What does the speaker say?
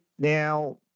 Now